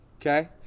Okay